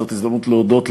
זאת ההזדמנות להודות לך,